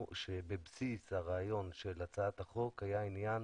כאשר בבסיס הרעיון של הצעת החוק היה עניין